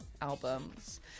albums